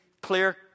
clear